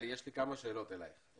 יש לי כמה שאלות אליך.